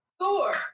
Thor